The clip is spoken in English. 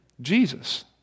Jesus